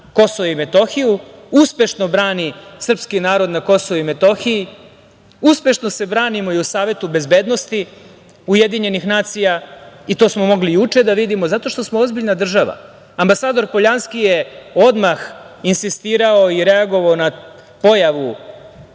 Kosovo i Metohiju, uspešno brani srpski narod na Kosovu i Metohiji, uspešno se branimo i u Savetu bezbednosti Ujedinjenih nacija, i to smo mogli i juče da vidimo, zato što smo ozbiljna država. Ambasador Poljanski je odmah insistirao i reagovao na pojavu